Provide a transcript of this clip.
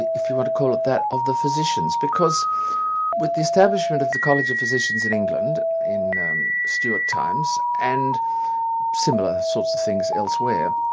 if you want to call it that, of the physicians. because with the establishment of the college of physicians in england in stuart times, and similar sorts of things elsewhere,